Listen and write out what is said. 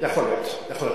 יכול להיות, יכול להיות.